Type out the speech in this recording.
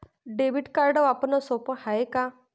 Debit card वापरणं सोप हाय का?